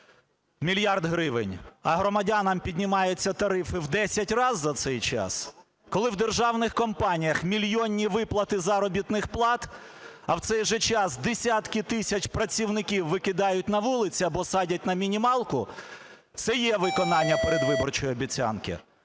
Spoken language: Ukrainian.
мільярд гривень, а громадянам піднімаються тарифи в 10 раз за цей час, коли в державних компаніях мільйонні виплати заробітних плат, а в цей же час десятки тисяч працівників викидають на вулиці або садять на мінімалку, це є виконання передвиборчої обіцянки,